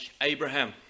Abraham